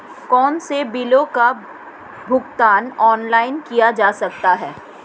कौनसे बिलों का भुगतान ऑनलाइन किया जा सकता है?